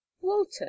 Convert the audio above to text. Walter